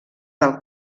del